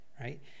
Right